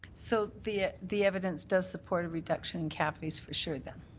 so the ah the evidence does support a reduction in cavities for sure then?